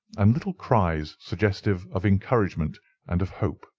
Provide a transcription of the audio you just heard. um little cries suggestive of encouragement and of hope